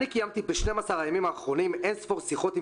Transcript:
קיימתי ב-12 הימים האחרונים אין-ספור שיחות עם